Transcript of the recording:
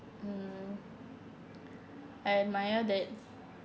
mm I admire that